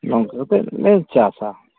ᱱᱚᱝᱠᱟ ᱠᱟᱛᱮᱫ ᱞᱮ ᱪᱟᱥᱟ